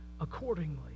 accordingly